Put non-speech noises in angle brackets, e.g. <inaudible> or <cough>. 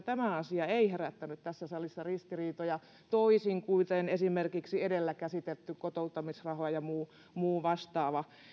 <unintelligible> tämä asia ei kyllä herättänyt tässä salissa ristiriitoja toisin kuin esimerkiksi edellä käsitelty kotouttamisraha ja muu muu vastaava